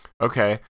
Okay